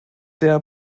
der